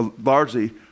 largely